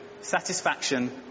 satisfaction